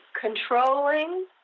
controlling